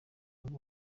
ngo